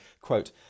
quote